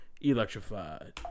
Electrified